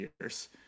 years